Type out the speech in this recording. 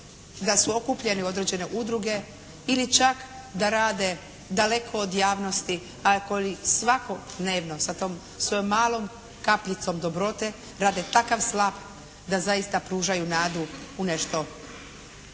da su okupljeni u određene udruge ili čak da rade daleko od javnosti, ali svakodnevno sa tom svojom malom kapljicom dobrote grabe takav slap da zaista pružaju nadu u nešto